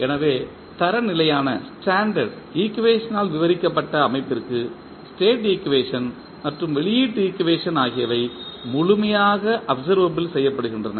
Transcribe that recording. எனவே தரநிலையான ஈக்குவேஷனால் விவரிக்கப்பட்ட அமைப்பிற்கு ஸ்டேட் ஈக்குவேஷன் மற்றும் வெளியீட்டு ஈக்குவேஷன் ஆகியவை முழுமையாக அப்சர்வபில் செய்யப்படுகின்றன